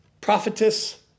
Prophetess